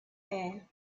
air